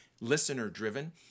listener-driven